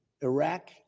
Iraq